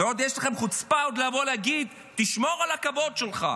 ועוד יש לכם חוצפה עוד לבוא להגיד: "תשמור על הכבוד שלך".